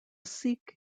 seek